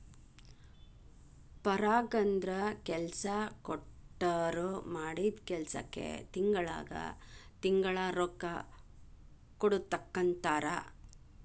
ಪಗಾರಂದ್ರ ಕೆಲ್ಸಾ ಕೊಟ್ಟೋರ್ ಮಾಡಿದ್ ಕೆಲ್ಸಕ್ಕ ತಿಂಗಳಾ ತಿಂಗಳಾ ರೊಕ್ಕಾ ಕೊಡುದಕ್ಕಂತಾರ